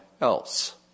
else